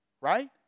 right